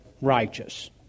righteous